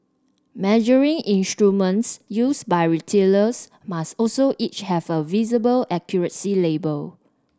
measuring instruments used by retailers must also each have a visible accuracy label